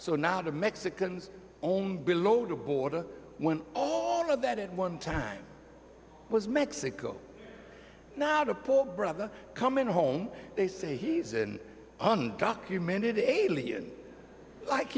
so now the mexicans own below the border when all of that at one time was mexico now to brother coming home they say he's an undocumented alien like